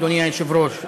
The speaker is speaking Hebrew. אדוני היושב-ראש,